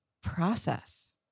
process